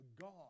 God